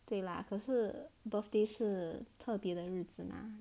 对啦可是 birthday 是特别的日子嘛